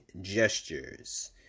gestures